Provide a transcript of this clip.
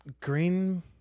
Green